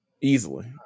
easily